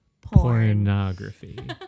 pornography